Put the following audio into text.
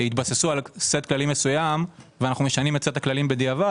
התבססו על סט כללים מסוים ואנחנו משנים את סט הכללים בדיעבד.